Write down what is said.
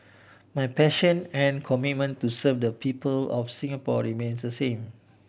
my passion and commitment to serve the people of Singapore remains the same